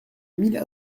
mille